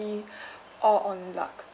~y all on luck